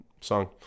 song